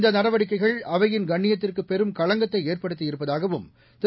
இந்த நடவடிக்கைகள் அவையின் கண்ணியத்திற்கு பெரும் களங்கத்தை ஏற்படுத்தியிருப்பதாகவும் திரு